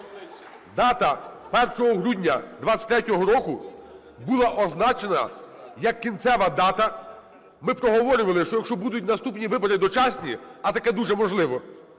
Дата 1 грудня 2023 року була означена як кінцева дата. Ми проговорювали, що якщо будуть наступні вибори дочасні, а таке дуже можливо,